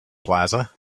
plaza